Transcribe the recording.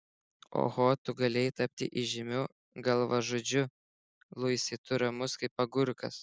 oho tu galėjai tapti įžymiu galvažudžiu luisai tu ramus kaip agurkas